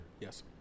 Yes